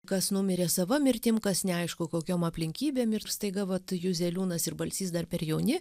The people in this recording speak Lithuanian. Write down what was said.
kas numirė sava mirtim kas neaišku kokiom aplinkybėm ir staiga vat juzeliūnas ir balsys dar per jauni